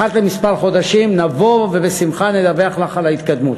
אחת למספר חודשים נבוא ובשמחה נדווח לך על ההתקדמות.